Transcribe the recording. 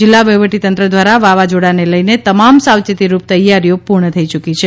જિલ્લા વફીવટીતંત્ર દ્વારા વાવાઝીડાને લઈને તમામ સાવયેતીરૂપ તૈયારીઓ પૂર્ણ થઈ યૂકી છે